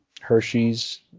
Hershey's